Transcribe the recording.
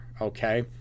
okay